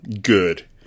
good